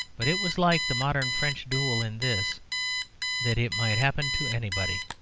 but it was like the modern french duel in this that it might happen to anybody.